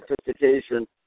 sophistication